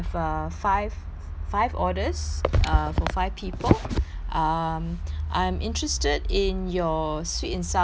five orders err for five people um I'm interested in your sweet and sour bento set